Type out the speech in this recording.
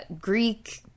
Greek